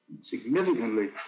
significantly